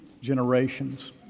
generations